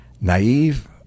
Naive